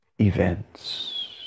events